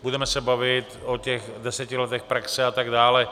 Budeme se bavit o těch deseti letech praxe atd.